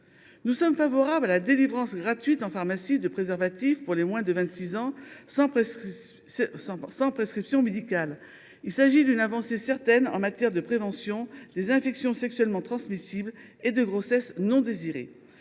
Nous sommes favorables à la délivrance gratuite en pharmacie de préservatifs pour les moins de 26 ans sans prescription médicale ; il s’agit d’une avancée certaine en matière de prévention des infections sexuellement transmissibles et de grossesses non désirées.